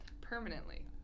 permanently